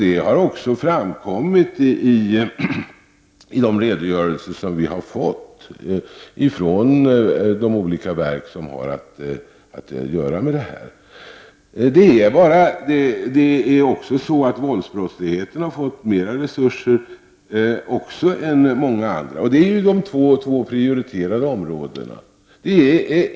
Det har också framkommit i de redogörelser som vi har fått från de olika verk som har att göra med detta. Bekämpandet av våldsbrottsligheten har också fått mera resurser än många andra områden. Det är de två prioriterade områdena.